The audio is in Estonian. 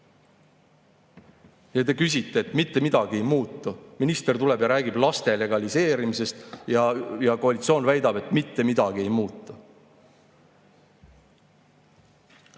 Ja te [ütlete], et mitte midagi ei muutu. Minister tuleb ja räägib laste legaliseerimisest ja koalitsioon väidab, et mitte midagi ei muutu. Seda